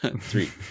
Three